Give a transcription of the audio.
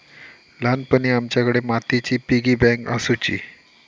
ल्हानपणी आमच्याकडे मातीची पिगी बँक आसुची